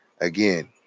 again